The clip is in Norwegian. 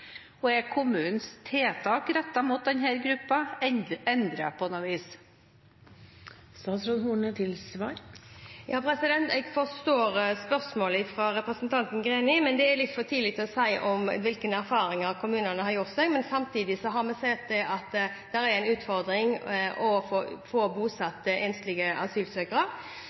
og er kommunenes tiltak rettet mot denne gruppen endret på noe vis? Jeg forstår spørsmålet fra representanten Greni, men det er litt for tidlig å si hvilke erfaringer kommunene har gjort seg. Vi har sett at det er en utfordring å få bosatt enslige asylsøkere,